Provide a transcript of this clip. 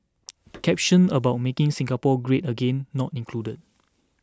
caption about making Singapore great again not included